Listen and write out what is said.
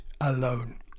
alone